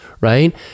right